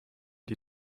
die